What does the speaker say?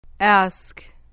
Ask